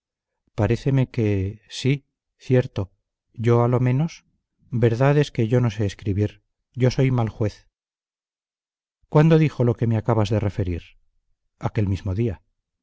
inmediata paréceme que sí cierto yo a lo menos verdad es que yo no sé escribir yo soy mal juez cuándo dijo lo que me acabas de referir aquel día